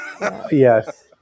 Yes